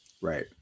Right